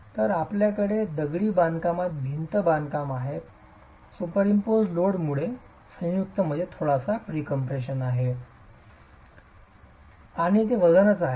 तर आपल्याकडे दगडी बांधकाम भिंत बांधकाम आहे सुपरमंपोजेड लोडमुळे संयुक्त मध्ये थोडासा प्रीकम्प्रेशन आहे आणि ते वजनच आहे